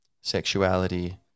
sexuality